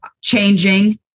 changing